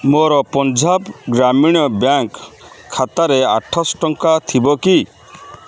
ମୋର ପଞ୍ଜାବ ଗ୍ରାମୀଣ ବ୍ୟାଙ୍କ୍ ଖାତାରେ ଆଠଶହ ଟଙ୍କା ଥିବ କି